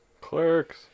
Clerks